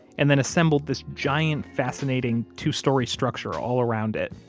and then assembled this giant fascinating two-story structure all around it,